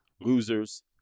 losers